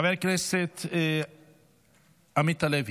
חבר הכנסת עמית הלוי,